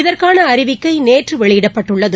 இதற்கான அறிவிக்கை நேற்று வெளியிடப்பட்டுள்ளது